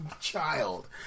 child